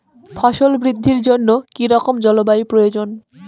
ফসল বৃদ্ধির জন্য কী রকম জলবায়ু প্রয়োজন?